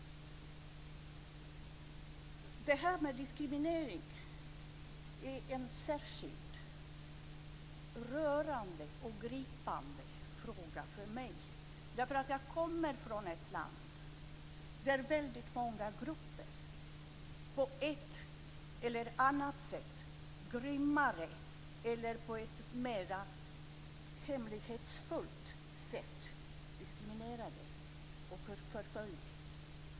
Det här med diskriminering är en särskilt rörande och gripande fråga för mig. Jag kommer nämligen från ett land där väldigt många grupper på ett eller annat sätt - grymmare eller på ett mer hemlighetsfullt sätt - diskriminerats och förföljts.